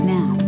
Now